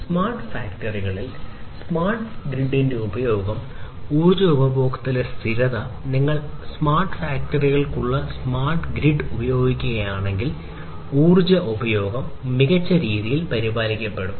smart ഫാക്ടറികളിൽ smart ഗ്രിഡിന്റെ ഉപയോഗം ഊർജ്ജ ഉപഭോഗത്തിൽ സ്ഥിരത നിങ്ങൾ സ്മാർട്ട് ഫാക്ടറികളുള്ള സ്മാർട്ട് ഗ്രിഡ് ഉപയോഗിക്കുകയാണെങ്കിൽ ഊർജ്ജ ഉപഭോഗം മികച്ച രീതിയിൽ പരിപാലിക്കപ്പെടും